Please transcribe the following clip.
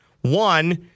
one